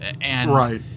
Right